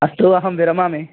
अस्तु अहं विरमामि